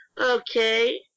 Okay